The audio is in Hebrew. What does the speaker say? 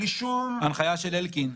בלי שום ריכוך.